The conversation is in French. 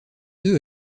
d’eux